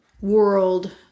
world